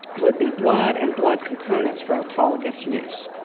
would be blood and blood components for autologous use.